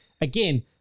again